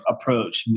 approach